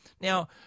Now